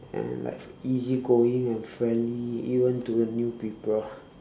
and like easy going and friendly even to the new people